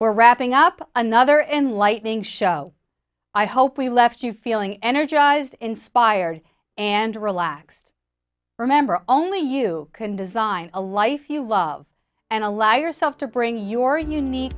we're wrapping up another enlightening show i hope we left you feeling energized inspired and relaxed remember only you can design a life you love and allow yourself to bring your unique